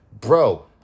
bro